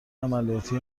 عملیاتی